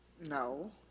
No